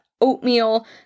oatmeal